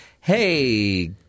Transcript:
hey